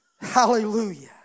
hallelujah